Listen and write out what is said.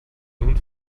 nun